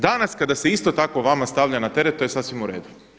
Danas kada se isto tako vama stavlja na teret, to je sasvim u redu.